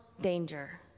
danger